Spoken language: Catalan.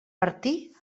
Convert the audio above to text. martí